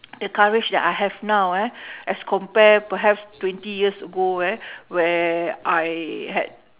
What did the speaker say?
the courage that I have now ah as compared perhaps twenty years ago eh where I had